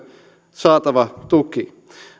saatava tuki